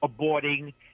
aborting